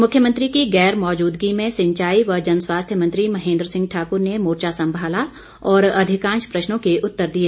मुख्यमंत्री की गैरमौजूदगी में सिंचाई व जनस्वास्थ्य मंत्री महेन्द्र सिंह ठाकूर ने मोर्चा संभाला और अधिकांश प्रश्नों के उत्तर दिए